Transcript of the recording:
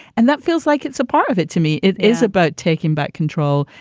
and that feels like it's a part of it. to me. it is about taking back control.